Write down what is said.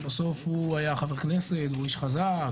בסוף הוא היה חבר כנסת והוא איש חזק,